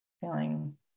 feeling